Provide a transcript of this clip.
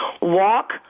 walk